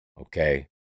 okay